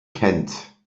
kent